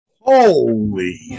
Holy